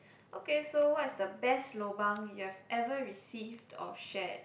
okay so what's the best lobang you have ever received or shared